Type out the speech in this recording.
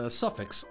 suffix